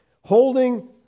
holding